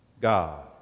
God